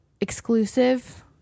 exclusive